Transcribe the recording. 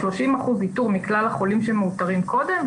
30% איתור מכלל החולים שמאותרים קודם,